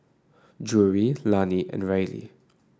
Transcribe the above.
Drury Lani and Reilly